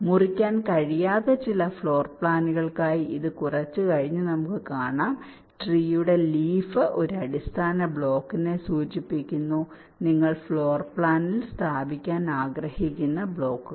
മുറിക്കാൻ കഴിയാത്ത ചില ഫ്ലോർ പ്ലാനുകൾക്കായി ഇത് കുറച്ച് കഴിഞ്ഞ് നമുക്ക് കാണാം ട്രീയുടെ ലീഫ് ഒരു അടിസ്ഥാന ബ്ലോക്കിനെ സൂചിപ്പിക്കുന്നു നിങ്ങൾ ഫ്ലോർ പ്ലാനിൽ സ്ഥാപിക്കാൻ ആഗ്രഹിക്കുന്ന ബ്ലോക്കുകൾ